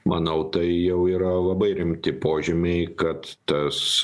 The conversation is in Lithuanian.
manau tai jau yra labai rimti požymiai kad tas